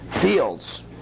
fields